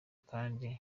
kandi